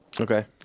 Okay